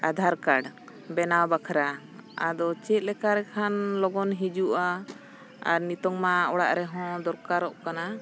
Aadhaar card ᱵᱮᱱᱟᱣ ᱵᱟᱠᱷᱨᱟ ᱟᱫᱚ ᱪᱮᱫ ᱞᱮᱠᱟ ᱨᱮᱠᱷᱟᱱ ᱞᱚᱜᱚᱱ ᱦᱤᱡᱩᱜᱼᱟ ᱟᱨ ᱱᱤᱛᱳᱜᱼᱢᱟ ᱚᱲᱟᱜ ᱨᱮᱦᱚᱸ ᱫᱚᱨᱠᱟᱨᱚᱜ ᱠᱟᱱᱟ